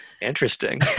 Interesting